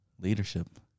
Leadership